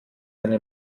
eine